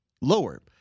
lower